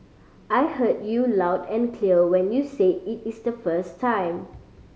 I heard you loud and clear when you said it is the first time